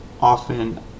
often